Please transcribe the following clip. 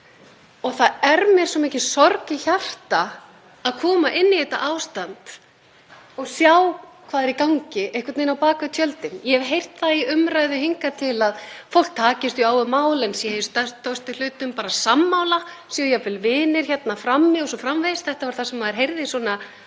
í. Það er mér svo mikil sorg í hjarta að koma inn í þetta ástand og sjá hvað er í gangi einhvern veginn á bak við tjöldin. Ég hef heyrt það í umræðunni hingað til að fólk takist á um málin en sé að stærstum hluta bara sammála, sé jafnvel vinir hérna frammi o.s.frv. Þetta var það sem maður heyrði svona framan